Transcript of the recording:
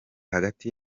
hagati